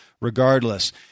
regardless